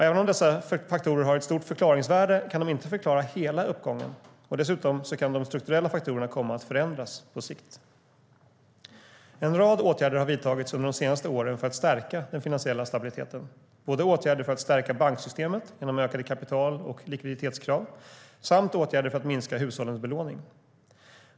Även om dessa faktorer har ett stort förklaringsvärde kan de inte förklara hela uppgången, och dessutom kan de strukturella faktorerna komma att förändras på sikt. En rad åtgärder har vidtagits under de senaste åren för att stärka den finansiella stabiliteten, både åtgärder för att stärka banksystemet genom ökade kapital och likviditetskrav samt åtgärder för att minska hushållens belåning.